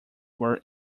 were